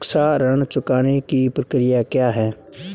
शिक्षा ऋण चुकाने की प्रक्रिया क्या है?